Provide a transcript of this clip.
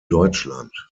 deutschland